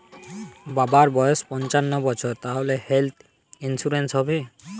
বাবার বয়স পঞ্চান্ন বছর তাহলে হেল্থ ইন্সুরেন্স হবে?